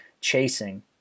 chasing